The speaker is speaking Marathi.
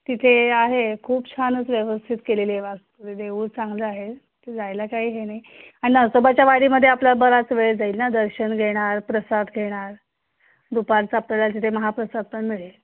तिथे आहे खूप छानच व्यवस्थित केलेली आहे वास्तू देऊळ चांगलं आहे ते जायला काही हे नाही आणि नरसोबाच्या वाडीमध्ये आपला बराच वेळ जाईल ना दर्शन घेणार प्रसाद घेणार दुपारचा आपला तिथे महाप्रसाद पण मिळेल